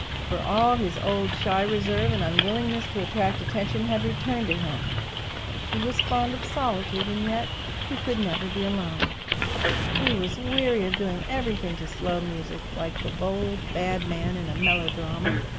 for all his old shy reserve and unwillingness to attract attention had returned to him he was fond of solitude, and yet he could never be alone he was weary of doing everything to slow music, like the bold bad man in a melodrama.